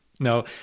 No